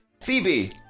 Phoebe